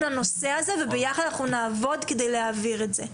לנושא הזה וביחד אנחנו נעבוד כדי להעביר את זה.